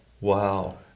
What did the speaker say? Wow